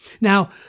Now